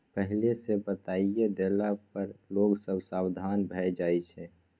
पहिले सँ बताए देला पर लोग सब सबधान भए जाइ छै